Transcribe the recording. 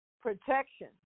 protection